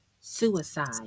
suicide